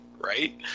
Right